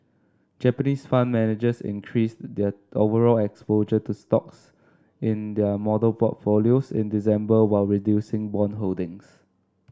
Japanese fund managers increased their overall exposure to stocks in their model portfolios in December while reducing bond holdings